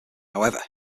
however